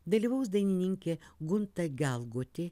dalyvaus dainininkė gunta gelgotė